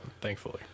thankfully